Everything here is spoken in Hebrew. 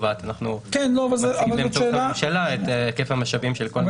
בתוך הממשלה אנחנו קובעים את היקף המשאבים של כל משרד.